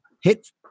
hit